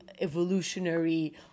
evolutionary